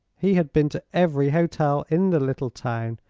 he had been to every hotel in the little town,